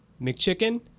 McChicken